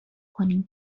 کنیم